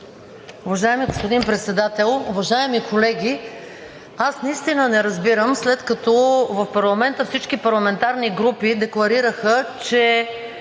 Уважаеми господин Председател, уважаеми колеги! Наистина не разбирам, след като в парламента всички парламентарни групи декларираха, че